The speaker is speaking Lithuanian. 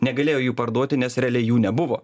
negalėjo jų parduoti nes realiai jų nebuvo